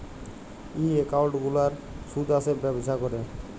ই account গুলার সুদ আসে ব্যবছা ক্যরে